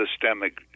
systemic